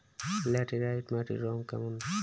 Laterite মাটির রং কেমন?